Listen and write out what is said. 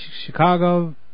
Chicago